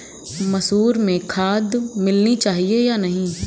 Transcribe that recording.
मसूर में खाद मिलनी चाहिए या नहीं?